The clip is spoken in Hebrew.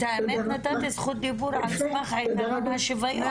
את האמת נתתי זכות דיבור על סמך עקרון השוויון.